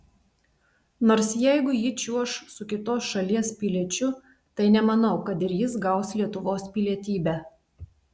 nors jeigu ji čiuoš su kitos šalies piliečiu tai nemanau kad ir jis gaus lietuvos pilietybę